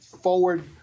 forward